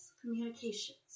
communications